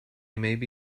maybe